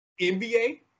NBA